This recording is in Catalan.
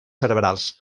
cerebrals